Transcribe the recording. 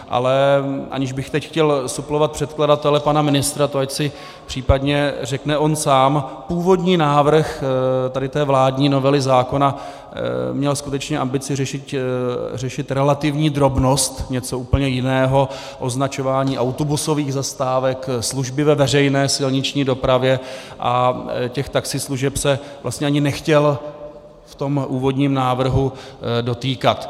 Ale aniž bych teď chtěl suplovat předkladatele pana ministra, to ať si případně řekne on sám, původní návrh vládní novely zákona měl skutečně ambici řešit relativní drobnost, něco úplně jiného, označování autobusových zastávek, služby ve veřejné silniční dopravě, a těch taxislužeb se vlastně ani nechtěl v tom úvodním návrhu dotýkat.